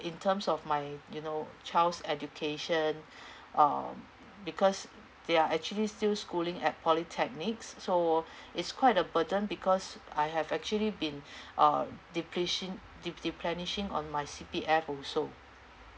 in terms of my you know child's education um because they are actually still schooling at polytechnics so it's quite a burden because I have actually been uh depleshi~ deplenishing on my C_P_F also